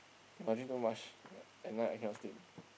if I drink too much at night I cannot sleep